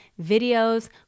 videos